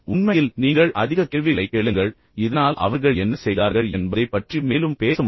உண்மையில் நீங்கள் அதிக கேள்விகளைக் கேளுங்கள் இதனால் அவர்கள் என்ன செய்தார்கள் என்பதைப் பற்றி மேலும் பேச முடியும்